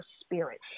spirit